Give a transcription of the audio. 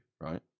right